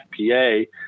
FPA